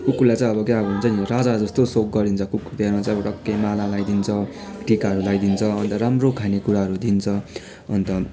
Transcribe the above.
कुकुरलाई अब त्यो अब हुन्छ नि राजा जस्तो सोख गरिन्छ कुकुर तिहारमा चाहिँ अब टक्कै माला लगाइदिन्छ टिकाहरू लगाइदिन्छ अन्त राम्रो खाने कुराहरू दिइन्छ अन्त